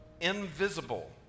invisible